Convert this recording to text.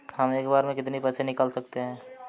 हम एक बार में कितनी पैसे निकाल सकते हैं?